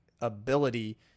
ability